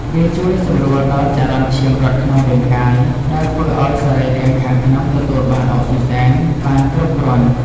វាជួយសម្រួលដល់ចរន្តឈាមរត់ក្នុងរាងកាយ ដែលធ្វើឱ្យសរីរាង្គខាងក្នុងទទួលបានអុកស៊ីហ្សែនបានគ្រប់គ្រាន់។